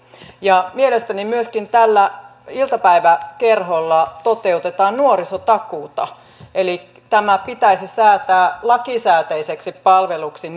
mielestäni myöskin tällä iltapäiväkerholla toteutetaan nuorisotakuuta eli tämä pitäisi säätää lakisääteiseksi palveluksi